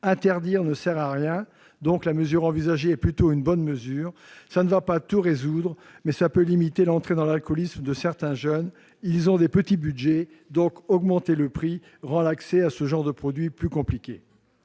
Interdire ne sert à rien, donc la mesure envisagée est plutôt bonne. Cela ne va pas tout résoudre, mais cela peut limiter l'entrée dans l'alcoolisme de certains jeunes. Ils ont de petits budgets, donc augmenter le prix rend l'accès à ce genre de produits plus compliqué.